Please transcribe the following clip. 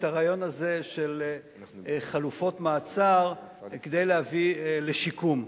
הרעיון הזה של חלופות מעצר כדי להביא לשיקום.